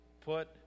put